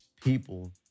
people